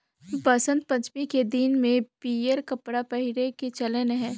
बसंत पंचमी के दिन में पीयंर कपड़ा पहिरे के चलन अहे